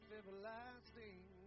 everlasting